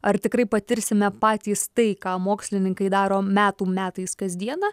ar tikrai patirsime patys tai ką mokslininkai daro metų metais kasdieną